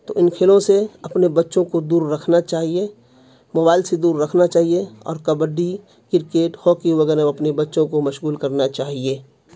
تو ان کھیلوں سے اپنے بچوں کو دور رکھنا چاہیے موبائل سے دور رکھنا چاہیے اور کبڈی کرکٹ ہاکی وغیرہ میں اپنے بچوں کو مشغول کرنا چاہیے